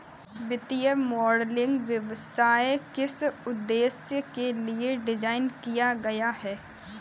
वित्तीय मॉडलिंग व्यवसाय किस उद्देश्य के लिए डिज़ाइन किया गया है?